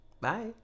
Bye